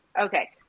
Okay